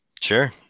Sure